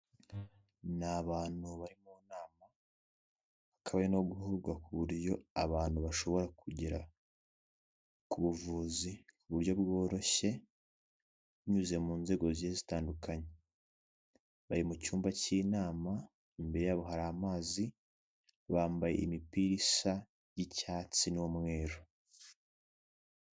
Ni abantu bari mu nama bakaba bari no guhugurwa ku buryo abantu bashobora kugera ku buvuzi ku buryo bworoshye, binyuze mu nzego zigiye zitandukanye bari mu cyumba cy'inama, imbere yabo hari amazi bambaye imipira isa y'icyatsi n'umweru.